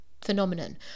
phenomenon